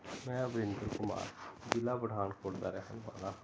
ਮੈਂ ਵਰਿੰਦਰ ਕੁਮਾਰ ਜਿਲ੍ਹਾ ਪਠਾਨਕੋਟ ਦਾ ਰਹਿਣ ਵਾਲਾ ਹਾਂ